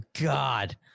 God